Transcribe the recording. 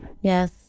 Yes